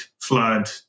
flood